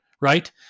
right